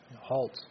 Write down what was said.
Halt